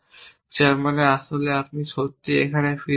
যার মানে আসলে আপনার সত্যিই এখানে ফিরে আসা উচিত